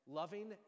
loving